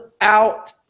out